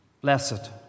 blessed